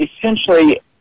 essentially